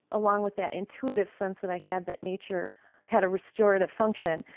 along with that intuitive sense that i had that nature had a restorative function,